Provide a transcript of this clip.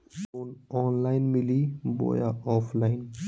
Loan online मिली बोया offline?